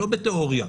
לא בתיאוריה.